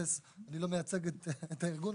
אני לא מייצג את הארגון,